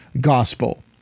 gospel